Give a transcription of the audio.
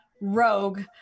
rogue